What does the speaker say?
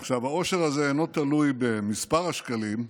עכשיו, האושר הזה אינו תלוי במספר השקלים,